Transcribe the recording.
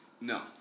No